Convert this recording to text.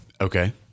Okay